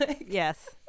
yes